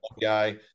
guy